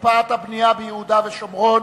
הקפאת הבנייה ביהודה ושומרון